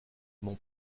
mon